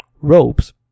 ropes